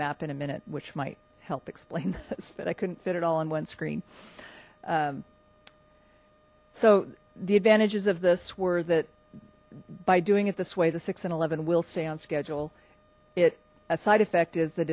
map in a minute which might help explain this but i couldn't fit it all in one screen so the advantages of this were that by doing it this way the six and eleven will stay on schedule it a side effect is that